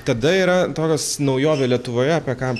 tada yra tokios naujovė lietuvoje apie ką